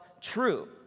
true